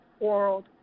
World